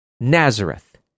Nazareth